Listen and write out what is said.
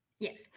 Yes